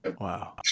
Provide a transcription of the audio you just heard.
Wow